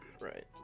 right